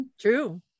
True